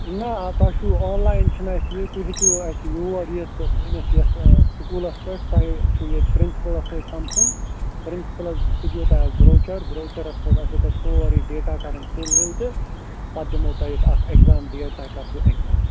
نہ تۄہہِ چھُو آنلایِن چھُنہٕ اَسہِ یہِ تُہۍ ہیٚکِو اَسہِ یور یِتھ تہٕ سٲنِس یَتھ سکوٗلَس پٮ۪ٹھ تۄہہِ چھُو ییٚتہِ پِرٛنسپٕلَس سۭتۍ سَمکھُن پِرٛنسپٕلَس سُہ دِیو تۄہہِ اَکھ برٛوچَر برٛوچَرَس پٮ۪ٹھ آسیو تۄہہِ سورُے ڈیٹا کَرٕنۍ فِل وِل تہٕ پتہٕ دِمو تۄہہِ أسۍ اَکھ اٮ۪کزام ڈیٹ تۄہہِ کَر چھُو اٮ۪کزام